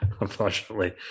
unfortunately